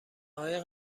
های